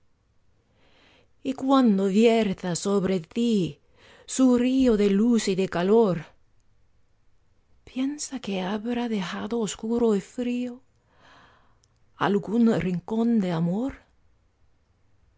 y cuando vierta sobre tí su río de luz y de calor piensa que habrá dejado oscuro y frío algún rincón de amor